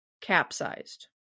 capsized